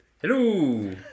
Hello